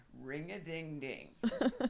Ring-a-ding-ding